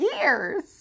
years